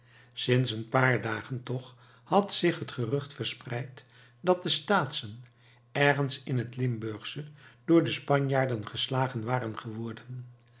sinds een paar dagen toch had zich het gerucht verspreid dat de staatschen ergens in het limburgsche door de spanjaarden geslagen waren geworden